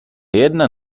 jedna